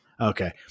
Okay